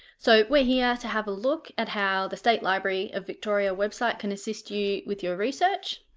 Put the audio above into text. so we're here to have a look at how the state library of victoria website can assist you with your research.